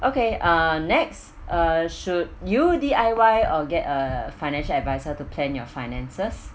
okay uh next uh should you D_I_Y or get a financial adviser to plan your finances